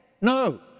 No